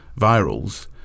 virals